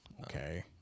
Okay